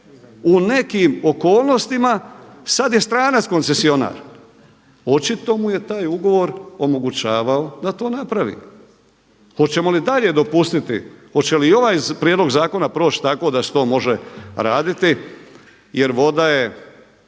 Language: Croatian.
u nekim okolnostima, sad je stranac koncesionar, očito mu je taj ugovor omogućavao da to napravi. Hoćemo li dalje dopustiti, hoće li ovaj prijedlog zakona proći tako da se to može raditi jer voda je